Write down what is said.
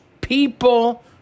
people